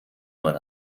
man